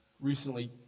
recently